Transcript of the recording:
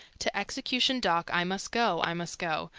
to execution dock i must go, i must go,